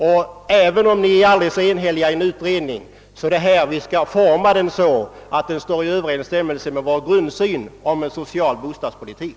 även om en utredning är aldrig så enig är det här i riksdagen som politiken skall formas så att den står i överensstämmelse med vår grundsyn på en social bostadspolitik.